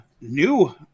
new